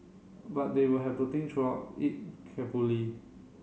but they will have to think throughout it carefully